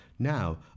Now